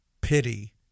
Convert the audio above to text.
pity